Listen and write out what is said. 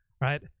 Right